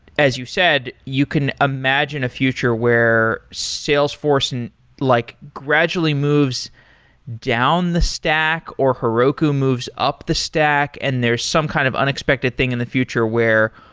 as you said, you can imagine a future where salesforce and like gradually moves down the stack or heroku moves up the stack and there's some kind of unexpected thing in the future where,